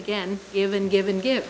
again even given gift